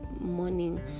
morning